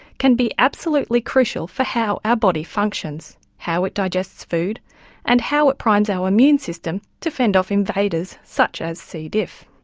can be absolutely crucial for how our body functions, how it digests food and how it primes our immune system to fend off invaders such as c. diff.